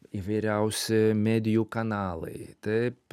įvairiausi medijų kanalai taip